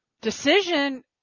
decision